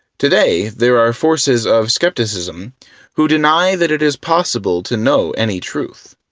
today, there are forces of skepticism who deny that it is possible to know any truth,